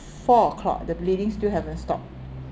four o'clock the bleeding still haven't stopped